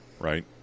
right